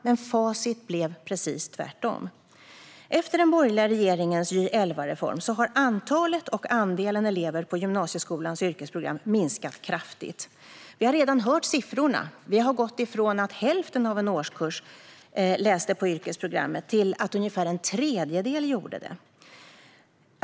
Men facit blev precis tvärtom. Efter den borgerliga regeringens Gy 2011-reform har antalet och andelen elever på gymnasieskolans yrkesprogram minskat kraftigt. Vi har redan hört siffrorna. Vi har gått ifrån att hälften av en årskurs läste på yrkesprogram till att ungefär en tredjedel gör det.